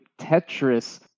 Tetris